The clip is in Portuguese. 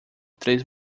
três